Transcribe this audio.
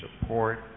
support